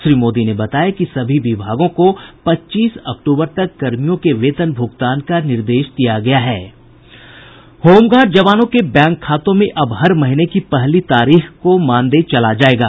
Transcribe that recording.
श्री मोदी ने बताया कि सभी विभागों को पच्चीस अक्टूबर तक कर्मियों के वेतन भुगतान का निर्देश दिया गया है होमगार्ड जवानों के बैंक खातों में अब हर महीने की पहली तारीख को मानदेय चला जायेगा